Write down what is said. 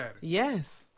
Yes